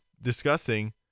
discussing